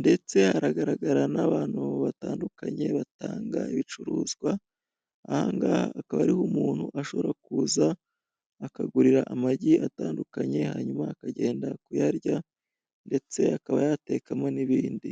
ndetse haragaragara n'abantu batandukanye batanga ibicuruzwa, ahangaha akaba ariho umuntu ashobora kuza akagurira amagi atandukanye hanyuma akagenda kuyarya ndetse akaba yatekamo n'ibindi.